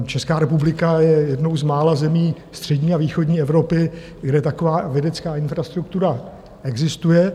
Česká republika je jednou z mála zemí střední a východní Evropy, kde taková vědecká infrastruktura existuje.